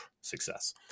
success